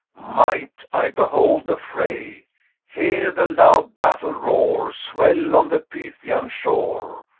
might i behold the fray hear the loud battle roar swell, on the pythian shore,